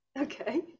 okay